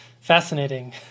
fascinating